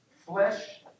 Flesh